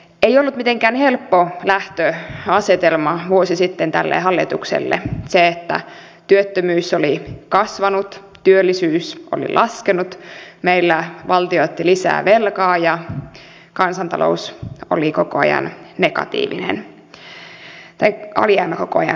ei ollut mitenkään helppo lähtöasetelma vuosi sitten tälle hallitukselle se että työttömyys oli kasvanut työllisyys oli laskenut meillä valtio otti lisää velkaa ja kansantalous oli koko ajan negatiivinen tai alijäämä koko ajan kasvoi